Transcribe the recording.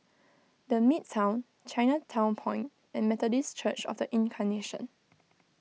the Midtown Chinatown Point and Methodist Church of the Incarnation